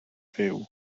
fyw